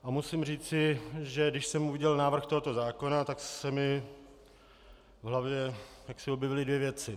A musím říci, že když jsem uviděl návrh tohoto zákona, tak se mi v hlavě objevily dvě věci.